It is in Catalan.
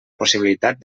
possibilitat